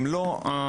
אם לא הממשלה,